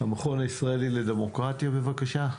המכון הישראלי לדמוקרטיה בבקשה.